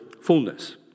fullness